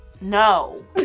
no